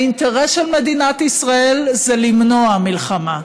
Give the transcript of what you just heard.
האינטרס של מדינת ישראל זה למנוע מלחמה,